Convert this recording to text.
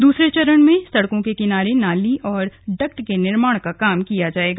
दूसरे चरण में सड़कों के किनारे नाली और डक्ट के निर्माण का कार्य किया जायेगा